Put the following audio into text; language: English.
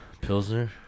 Pilsner